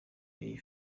iyi